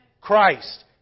Christ